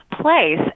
place